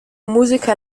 musiker